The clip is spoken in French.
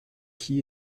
qui